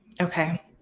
Okay